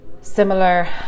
similar